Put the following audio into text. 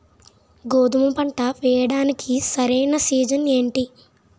గోధుమపంట వేయడానికి సరైన సీజన్ ఏంటి?